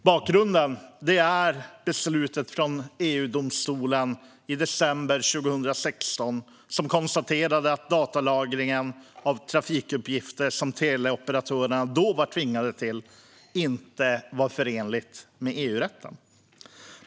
Bakgrunden är det beslut från EU-domstolen i december 2016 där man konstaterade att den datalagring av trafikuppgifter som teleoperatörerna då var tvingade till inte var förenlig med EU-rätten.